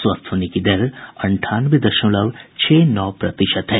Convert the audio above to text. स्वस्थ होने की दर अंठानवे दशमलव छह नौ प्रतिशत है